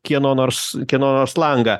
kieno nors kieno nors langą